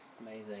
amazing